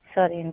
Sorry